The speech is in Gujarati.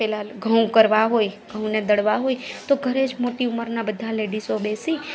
પહેલા ઘઉં કરવા હોય ઘઉને દળવા હોય તો ઘરે જ મોટી ઉંમરના બધા લેડિસો બેસી